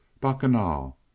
bacchanal